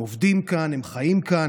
הם עובדים כאן וחיים כאן.